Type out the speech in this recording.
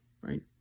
right